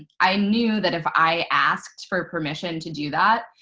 i knew that if i asked for permission to do that,